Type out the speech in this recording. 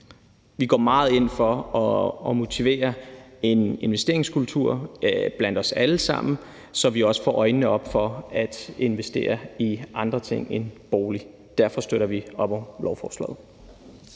Vi går meget ind for at motivere til en investeringskultur blandt os alle sammen, så vi også får øjnene op for at investere i andre ting end bolig. Derfor støtter vi op om lovforslaget.